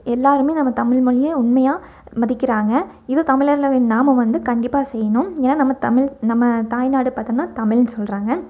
எல்லாருமே நம்ம தமிழ் மொழியை உண்மையாக மதிக்கிறாங்க இது தமிழர்கள் நாம வந்து கண்டிப்பாக செய்யணும் ஏன்னா நம்ம தமிழ் நம்ம தாய் நாடு பார்த்தம்னா தமிழ்ன்னு சொல்றாங்க